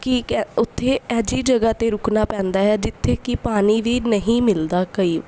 ਕੀ ਕਹਿ ਉੱਥੇ ਅਜਿਹੀ ਜਗ੍ਹਾ 'ਤੇ ਰੁਕਣਾ ਪੈਂਦਾ ਹੈ ਜਿੱਥੇ ਕਿ ਪਾਣੀ ਵੀ ਨਹੀਂ ਮਿਲਦਾ ਕਈ